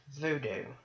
voodoo